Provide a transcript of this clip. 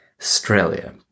Australia